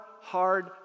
hard